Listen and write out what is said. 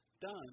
done